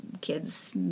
kids